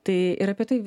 tai ir apie tai